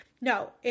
No